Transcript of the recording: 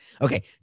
Okay